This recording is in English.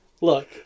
look